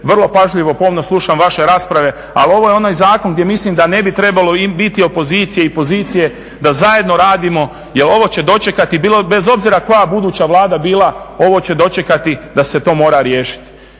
vrlo pažljivo, pomno slušam vaše rasprave, ali ovo je onaj zakon gdje mislim da ne bi trebalo biti opozicije i pozicije da zajedno radimo jer ovo će dočekati, bez obzira koja buduća Vlada bila, ovo će dočekati da se to mora riješiti